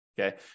okay